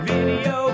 Video